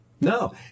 No